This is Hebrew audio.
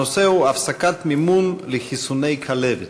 הנושא הוא: הפסקת מימון לחיסוני כלבת.